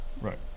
Right